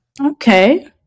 Okay